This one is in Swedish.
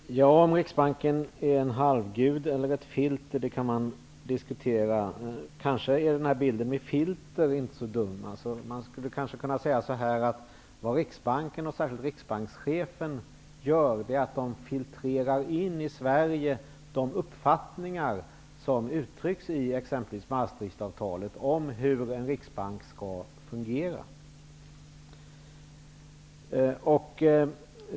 Herr talman! Om Riksbanken är en halvgud eller ett filter kan man diskutera. Kanske är beteckningen filter inte så dum. Man skulle kanske kunna säga att vad Riksbanken och särskilt riksbankschefen gör är att i Sverige filtrera fram de uppfattningar som uttrycks exempelvis i Maastrichtavtalet om hur en riksbank skall fungera.